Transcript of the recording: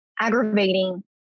aggravating